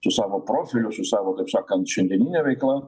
su savo profiliu su savo taip sakant šiandienine veikla